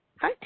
Hi